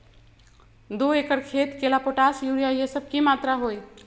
दो एकर खेत के ला पोटाश, यूरिया ये सब का मात्रा होई?